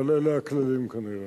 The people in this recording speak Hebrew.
אבל אלה הכללים כנראה.